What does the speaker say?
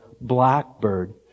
blackbird